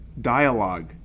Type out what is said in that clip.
dialogue